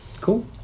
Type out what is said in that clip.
Cool